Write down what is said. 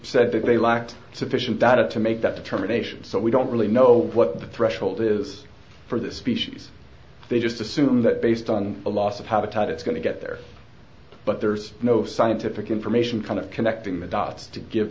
said that they lack sufficient data to make that determination so we don't really know what the threshold is for this species they just assume that based on a loss of habitat it's going to get there but there's no scientific information kind of connecting